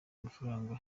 amafaranga